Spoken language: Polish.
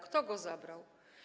Kto to zabrał?